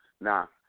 Now